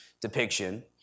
depiction